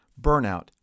burnout